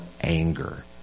anger